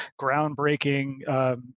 groundbreaking